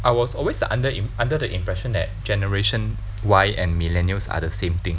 I was always under under the impression that generation Y and millennials are the same thing